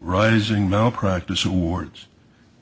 rising malpractise awards